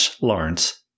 Lawrence